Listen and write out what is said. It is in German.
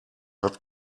hat